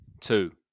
two